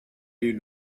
you